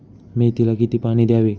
मेथीला किती पाणी द्यावे?